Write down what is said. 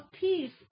peace